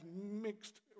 mixed